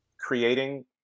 creating